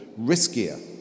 riskier